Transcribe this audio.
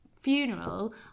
funeral